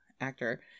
actor